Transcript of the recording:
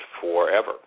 forever